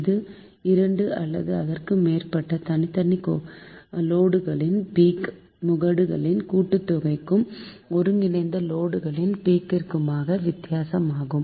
இது 2 அல்லது அதற்குமேற்பட்ட தனித்தனி லோடுகளின் பீக்முகடுpeaks களின் கூட்டுத்தொகைக்கும் ஒருங்கிணைந்த லோடு ன் பீக்கிற்குமான வித்தியாசம் ஆகும்